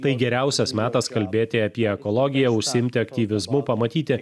tai geriausias metas kalbėti apie ekologiją užsiimti aktyvizmu pamatyti